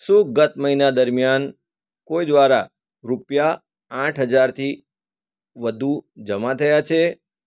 શું ગત મહિના દરમિયાન કોઈ દ્વારા રૂપિયા આઠ હજારથી વધુ જમા થયા છે